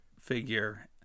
figure